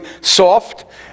soft